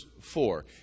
four